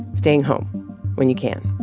staying home when you can